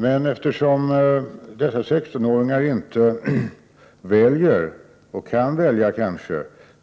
Men eftersom dessa 16-åringar inte väljer eller kanske inte kan välja